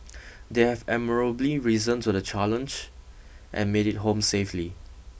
they have admirably risen to the challenge and made it home safely